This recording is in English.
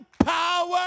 power